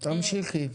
תמשיכי.